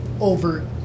over